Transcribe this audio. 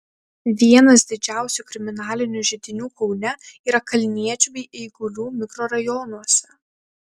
vienas didžiausių kriminalinių židinių kaune yra kalniečių bei eigulių mikrorajonuose